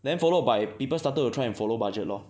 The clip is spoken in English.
then followed by people started to try and follow budget lor